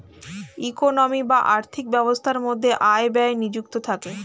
economy বা আর্থিক ব্যবস্থার মধ্যে আয় ব্যয় নিযুক্ত থাকে